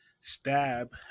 stab